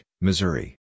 Missouri